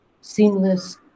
seamless